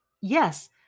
Yes